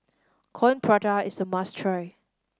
Coin Prata is a must try